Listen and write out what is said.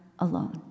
alone